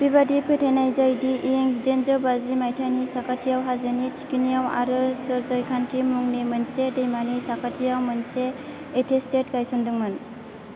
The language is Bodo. बेबादि फोथायनाय जायोदि इं जिदाइनजौ बाजि मायथाइनि साखाथियाव हाजोनि थिखिनियाव आरो सुर्यकान्ति मुंनि मोनसे दैमानि साखाथियाव मोनसे एटेस्टेट गायसनदोंमोन